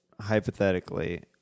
Hypothetically